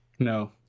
No